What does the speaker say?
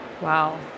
Wow